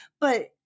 But-